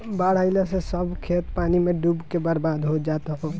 बाढ़ आइला से सब खेत पानी में डूब के बर्बाद हो जात हवे